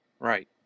right